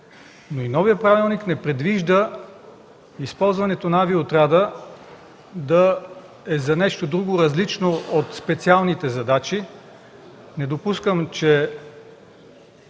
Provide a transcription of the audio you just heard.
Новият правилник не предвижда използването на авиоотряда да е за нещо друго, различно от специалните задачи. Не допускам, че